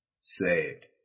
saved